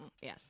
Yes